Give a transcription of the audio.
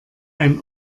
ein